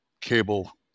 cable